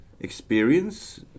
experience